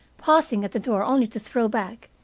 pausing at the door only to throw back,